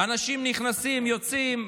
אנשים נכנסים, יוצאים.